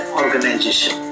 organization